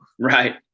Right